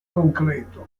concreto